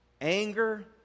anger